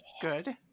Good